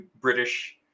British